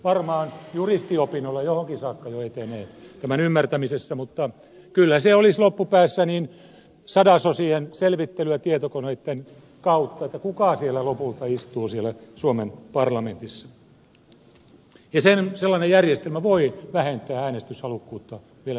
varmaan juristin opinnoilla johonkin saakka jo etenee tämän ymmärtämisessä mutta kyllä se olisi loppupäässä sadasosien selvittelyä tietokoneitten kautta kuka siellä suomen parlamentissa lopulta istuu ja sellainen järjestelmä voi vähentää äänestyshalukkuutta vielä nykyisestäänkin